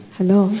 Hello